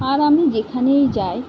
আর আমি যেখানেই যাই